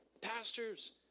pastors